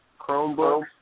Chromebook